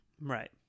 Right